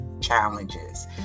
challenges